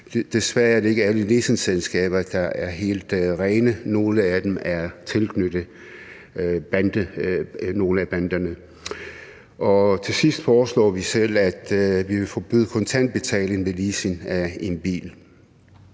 Desværre er det ikke alle leasingselskaber, der er helt rene, nogle af dem er tilknyttet nogle af banderne. Til sidst foreslår vi selv, at vi vil forbyde kontant betaling ved leasing af en bil.